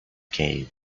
cave